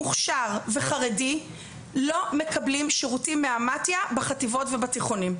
מוכשר וחרדי לא מקבלים שירותים מהמתי"א בחטיבות ובתיכונים.